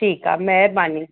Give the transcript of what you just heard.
ठीकु आहे महिरबानी